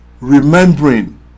remembering